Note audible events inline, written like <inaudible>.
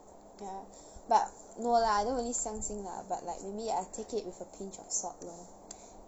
ya but no lah I don't really 相信 lah but like maybe I take it with a pinch of salt lor <noise>